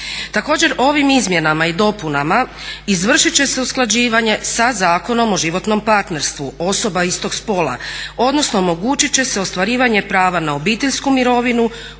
Također, ovim izmjenama i dopunama izvršit će se usklađivanje sa Zakonom o životnom partnerstvu osoba istog spola, odnosno omogućit će se ostvarivanje prava na obiteljsku mirovinu